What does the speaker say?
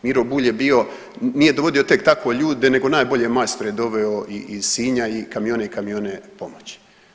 Miro Bulj je bio, nije dovodio tek tako ljude, nego najbolje majstore je doveo i iz Sinja i kamione i kamione pomoći.